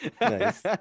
Nice